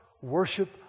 worship